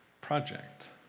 project